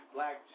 Black